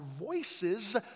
voices